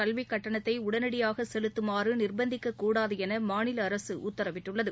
கல்விக்கட்டணத்தை உடனடியாக செலுத்தமாறு நிர்பந்திக்கக்கூடாது என மாநில அரசு உத்தரவிட்டுள்ளது